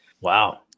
Wow